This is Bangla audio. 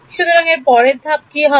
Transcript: সুতরাং এর পরের ধাপ কি হবে